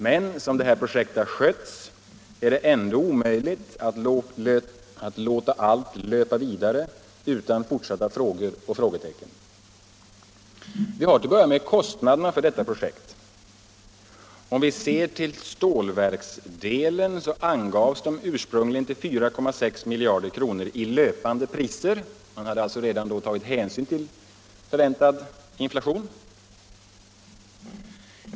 Men som detta projekt skötts är det inte möjligt att låta allt löpa vidare utan fortsatta frågor och frågetecken. Vi har till att börja med kostnaderna för projektet. Om vi först ser till stålverksdelen angavs dessa kostnader ursprungligen till 4,6 miljarder kronor i löpande priser. Man hade alltså när man i maj förra året angav det beloppet inte tagit hänsyn till förväntad inflation.